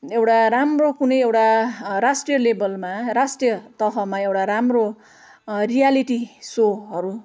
एउटा राम्रो कुनै एउटा राष्ट्रिय लेभलमा राष्ट्रिय तहमा एउटा राम्रो रियालिटी सोहरू